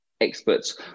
experts